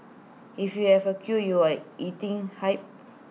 if you have queue you are eating hype